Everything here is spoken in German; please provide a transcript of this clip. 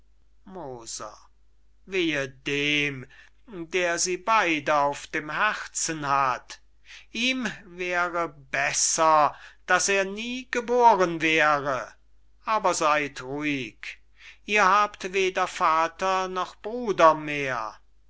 moser wehe dem der sie beyde auf dem herzen hat ihm wäre besser daß er nie geboren wäre aber seyd ruhig ihr habt weder vater noch bruder mehr